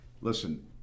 listen